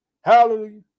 hallelujah